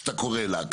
איך שאתה קורא לה,